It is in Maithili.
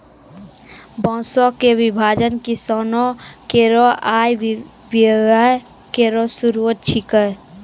बांसों क विभाजन किसानो केरो आय व्यय केरो स्रोत छिकै